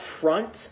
front